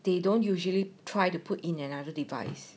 they don't usually try to put in another device